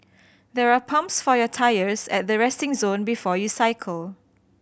there are pumps for your tyres at the resting zone before you cycle